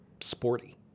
sporty